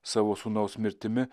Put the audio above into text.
savo sūnaus mirtimi